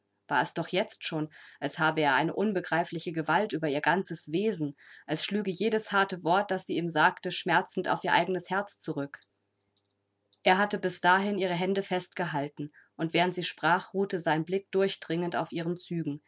war es doch jetzt schon als habe er eine unbegreifliche gewalt über ihr ganzes wesen als schlüge jedes harte wort das sie ihm sagte schmerzend auf ihr eigenes herz zurück er hatte bis dahin ihre hände festgehalten und während sie sprach ruhte sein blick durchdringend auf ihren zügen